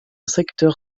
secteur